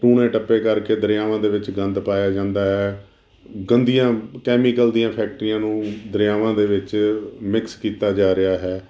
ਟੂਣੇ ਟੱਪੇ ਕਰਕੇ ਦਰਿਆਵਾਂ ਦੇ ਵਿੱਚ ਗੰਦ ਪਾਇਆ ਜਾਂਦਾ ਹੈ ਗੰਦੀਆਂ ਕੈਮੀਕਲ ਦੀਆਂ ਫੈਕਟਰੀਆਂ ਨੂੰ ਦਰਿਆਵਾਂ ਦੇ ਵਿੱਚ ਮਿਕਸ ਕੀਤਾ ਜਾ ਰਿਹਾ ਹੈ